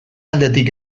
aldetik